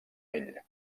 ell